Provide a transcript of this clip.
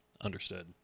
Understood